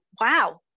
wow